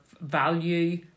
value